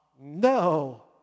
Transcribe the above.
no